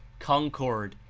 concord,